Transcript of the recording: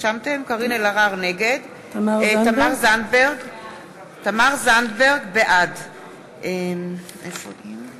נגד תמר זנדברג, בעד